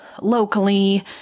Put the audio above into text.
locally